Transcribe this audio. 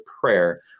prayer